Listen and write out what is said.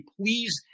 Please